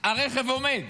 הרכב עומד